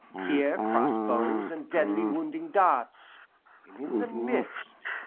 here crossbows, and deadly wounding darts and in the midst,